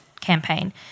campaign